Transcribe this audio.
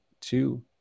two